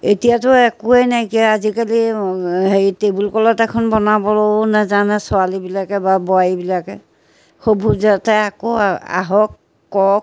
এতিয়াতো একোৱেই নাইকিয়া আজিকালি হেৰি টেবুল ক্লথ এখন বনাবলৈও নাজানে ছোৱালীবিলাকে বা বোৱাৰীবিলাকে সেইবোৰ যাতে আকৌ আহক কৰক